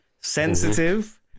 sensitive